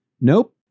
Nope